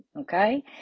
Okay